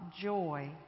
joy